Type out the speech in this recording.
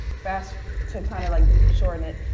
fast, to kind of like, shorten it.